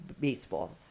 Baseball